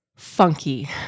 funky